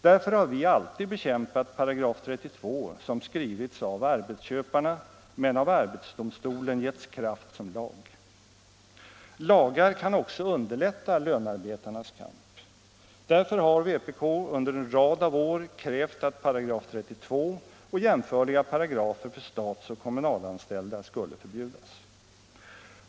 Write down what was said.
Därför har vi alltid bekämpat § 32, som skrivits av arbetsköparna men av arbetsdomstolen getts kraft som lag. Lagar kan också underlätta lönarbetarnas kamp. Därför har vpk under en rad av år krävt att § 32 och jämförliga paragrafer för statsoch kommunalanställda skulle förbjudas.